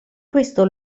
questo